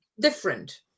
different